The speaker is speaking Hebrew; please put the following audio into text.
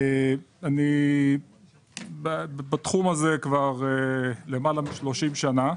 אני בתחום הזה כבר למעלה משלושים שנה.